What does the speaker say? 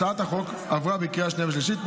הצעת החוק עברה בקריאה שנייה ושלישית,